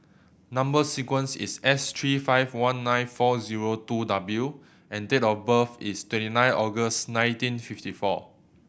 number sequence is S three five one nine four zero two W and date of birth is twenty nine August nineteen fifty four